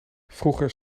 vroeger